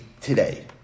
today